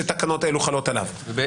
שתקנות אלו חלות עליו,